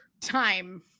time